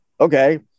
okay